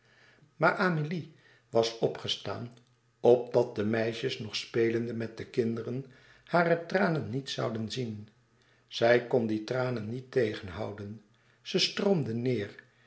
maar amélie was opgestaan opdat de meisjes nog spelende met de kinderen hare tranen niet zouden zien zij kon die tranen niet tegenhouden ze stroomden neêr